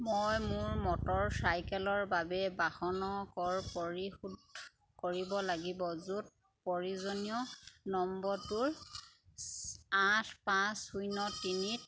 মই মোৰ মটৰ চাইকেলৰ বাবে বাহনৰ কৰ পৰিশোধ কৰিব লাগিব য'ত পঞ্জীয়নৰ নম্বৰটোৰ আঠ পাঁচ শূন্য তিনিত